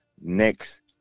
next